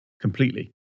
completely